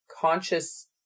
conscious